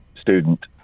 Student